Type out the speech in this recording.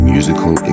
Musical